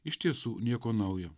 iš tiesų nieko naujo